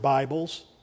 Bibles